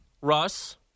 Russ